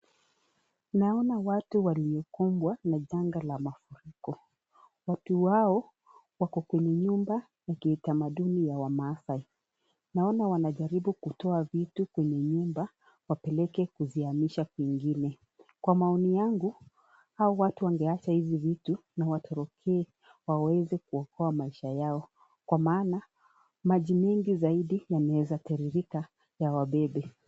Naona watu waliokumbwa na janga la mafuriko. Watu wao wako kwenye nyumba ya kiutamaduni ya Wamaasai. Naona wanajaribu kutoa vitu kwenye nyumba wapeleke kuziamisha kwingine. Kwa maoni yangu, hao watu wangeacha hizi vitu na watorokee waweze kuokoa maisha yao kwa maana maji mengi zaidi yameza terereka ya wabebe.